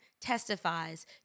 testifies